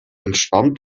entstammt